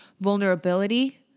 Vulnerability